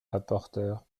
rapporteure